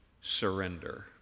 surrender